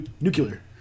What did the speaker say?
nuclear